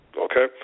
Okay